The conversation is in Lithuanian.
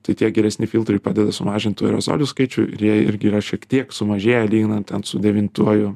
tai tie geresni filtrai padeda sumažint tų aerozolių skaičių jie irgi yra šiek tiek sumažėję lyginant ten su devintuoju